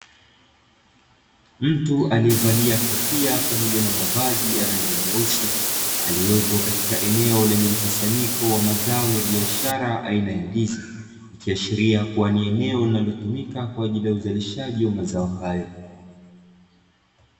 Mtu aliyevalia kofia pamoja na mazavi ya rangi nyeusi, aliyopo katika eneo lenye mkusanyiko wa mazao ya biashara aina ya ndizi, ikiashiria kuwa ni eneo linalotumika kwa ajili ya uzalishaji wa mazao hayo.